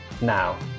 now